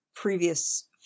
Previous